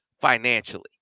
financially